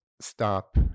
stop